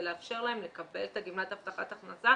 לאפשר להן לקבל את הגמלת הבטחת הכנסה.